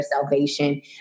salvation